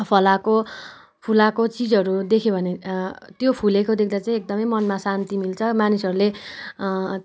फलाएको फुलाएको चिजहरू देख्यो भने त्यो फुलेको देख्दा चाहिँ एकदमै मनमा शान्ति मिल्छ मानिसहरूले